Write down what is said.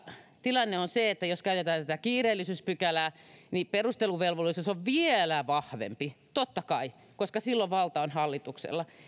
tilanne on se että jos käytetään tätä kiireellisyyspykälää niin perusteluvelvollisuus on vielä vahvempi totta kai koska silloin valta on hallituksella